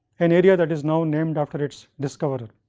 an area that is now named after its discoverer.